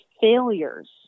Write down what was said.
failures